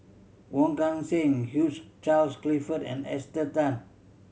Wong Kan Seng Hugh Charles Clifford and Esther Tan